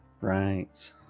Right